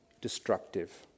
destructive